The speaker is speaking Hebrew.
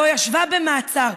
לא ישבה במעצר,